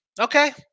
Okay